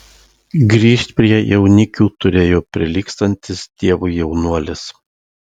grįžt prie jaunikių turėjo prilygstantis dievui jaunuolis